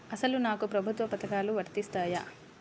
అసలు నాకు ప్రభుత్వ పథకాలు వర్తిస్తాయా?